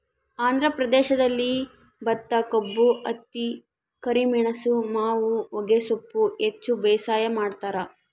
ಆಂಧ್ರ ಪ್ರದೇಶದಲ್ಲಿ ಭತ್ತಕಬ್ಬು ಹತ್ತಿ ಕರಿಮೆಣಸು ಮಾವು ಹೊಗೆಸೊಪ್ಪು ಹೆಚ್ಚು ಬೇಸಾಯ ಮಾಡ್ತಾರ